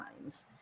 times